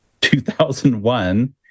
2001